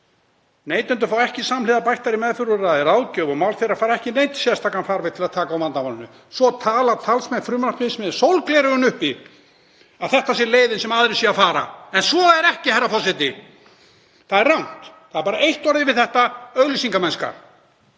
Neytendur fá ekki samhliða bættari meðferðarúrræði, ráðgjöf og mál þeirra fara ekki í neinn sérstakan farveg til að taka á vandamálinu. Svo tala talsmenn frumvarpsins með sólgleraugun uppi um að þetta sé leiðin sem aðrir séu að fara. En svo er ekki, herra forseti. Það er rangt. Það er bara eitt orð yfir þetta: Auglýsingamennska.